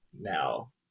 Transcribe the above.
now